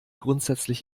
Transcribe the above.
grundsätzlich